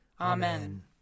Amen